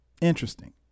Interesting